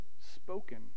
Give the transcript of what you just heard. spoken